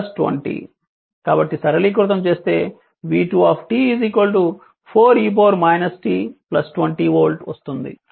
కాబట్టి సరళీకృతం చేస్తే v2 4 e t 20 వోల్ట్ వస్తుంది